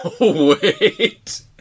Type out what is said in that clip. Wait